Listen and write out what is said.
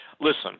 listen